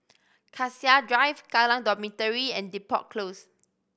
Cassia Drive Kallang Dormitory and Depot Close